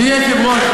אדוני היושב-ראש,